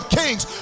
kings